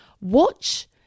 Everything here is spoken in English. watch